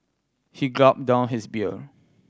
he gulped down his beer